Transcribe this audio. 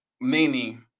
meaning